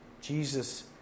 Jesus